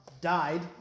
died